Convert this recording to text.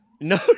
No